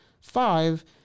five